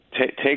Take